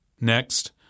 Next